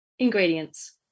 Ingredients